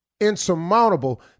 insurmountable